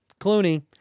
Clooney